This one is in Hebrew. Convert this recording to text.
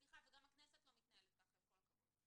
סליחה, וגם הכנסת לא מתנהלת ככה עם כל הכבוד.